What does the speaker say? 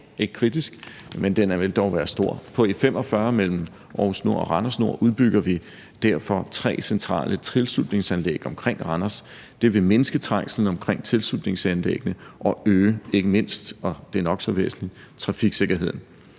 ikke kritisk, men den vil dog være stor. På E45 mellem Aarhus Nord og Randers Nord udbygger vi derfor tre centrale tilslutningsanlæg omkring Randers. Det vil mindske trængslen omkring tilslutningsanlæggene og ikke mindst øge – og det er nok så væsentligt – trafiksikkerheden.